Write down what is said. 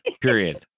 Period